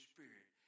Spirit